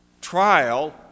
trial